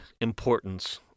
importance